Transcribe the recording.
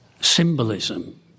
symbolism